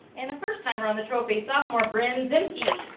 and a first timer on the trophy, sophomore brinn simky.